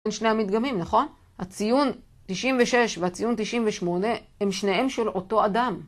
שני המדגמים נכון? הציון 96 והציון 98 הם שניהם של אותו אדם